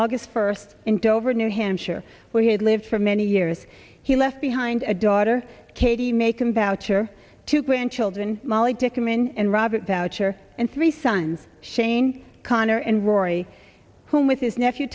august first in dover new hampshire where he had lived for many years he left behind a daughter katie macon boucher two grandchildren molly pick a man and robert boucher and three sons shane connor and rory whom with his nephew